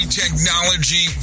technology